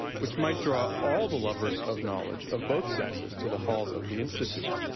which might draw all the lovers of knowledge of both sexes to the halls of the institute.